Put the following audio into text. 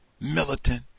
Militant